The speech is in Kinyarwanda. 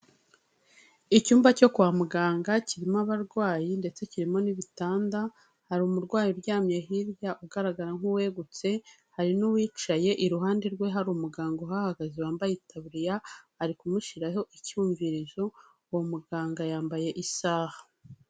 Icyumba cyo kwa muganga kirimo abarwayi ndetse kirimo n'ibitanda, hari umurwayi uryamye hirya ugaragara nk'uwegutse hari n'uwicaye iruhande rwe hari umuganga uhagaze wambaye itaburiya, ari kumushiraho icyumvirizo, uwo muganga yambaye isaha.